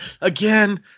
again